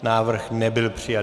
Návrh nebyl přijat.